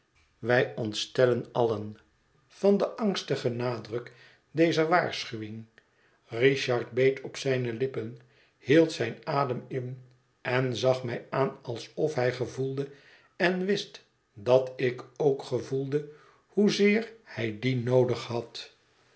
wij ontstelden allen van den angstigon nadruk dezer waarschuwing richard beet op zijne lippen hield zijn adem in en zag mij aan alsof hij gevoelde en wist dat ik ook gevoelde hoezeer hij die noodig had